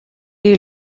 est